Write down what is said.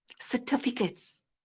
certificates